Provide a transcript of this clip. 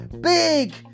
Big